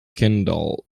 kendall